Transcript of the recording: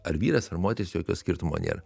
ar vyras ar moteris jokio skirtumo nėra